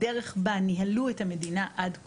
הדרך שבה ניהלו את המדינה עד כה,